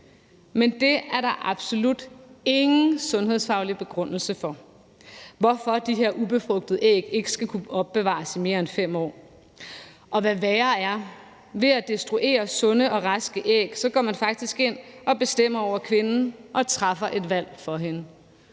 men der er absolut ingen sundhedsfaglig begrundelse for, hvorfor de her ubefrugtede æg ikke skal kunne opbevares i mere end 5 år. Og hvad værre er, ved at destruere sunde og raske æg går man faktisk ind og bestemmer over kvinden og træffer et valg for hende: